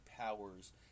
powers